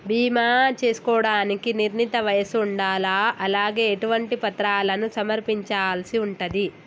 బీమా చేసుకోవడానికి నిర్ణీత వయస్సు ఉండాలా? అలాగే ఎటువంటి పత్రాలను సమర్పించాల్సి ఉంటది?